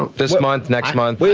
this month, next month?